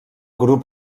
grup